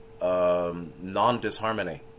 non-disharmony